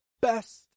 best